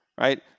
right